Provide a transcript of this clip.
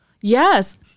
Yes